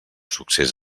succés